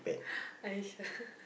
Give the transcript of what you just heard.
are you sure